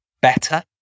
better